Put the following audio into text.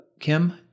Kim